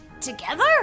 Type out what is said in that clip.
Together